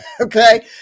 okay